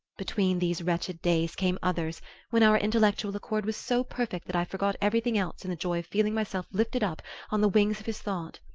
between these wretched days came others when our intellectual accord was so perfect that i forgot everything else in the joy of feeling myself lifted up on the wings of his thought.